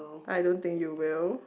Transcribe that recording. I don't think you will